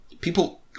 people